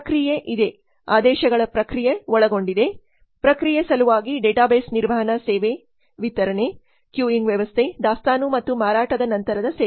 ಪ್ರಕ್ರಿಯೆ ಇದೆ ಆದೇಶಗಳ ಪ್ರಕ್ರಿಯೆ ಒಳಗೊಂಡಿದೆ ಪ್ರಕ್ರಿಯೆ ಸಲುವಾಗಿ ಡೇಟಾಬೇಸ್ ನಿರ್ವಹಣಾ ಸೇವೆ ವಿತರಣೆ ಕ್ಯೂಯಿಂಗ್ ವ್ಯವಸ್ಥೆ ದಾಸ್ತಾನು ಮತ್ತು ಮಾರಾಟದ ನಂತರದ ಸೇವೆ